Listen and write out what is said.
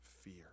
fear